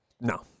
no